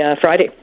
Friday